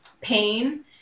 pain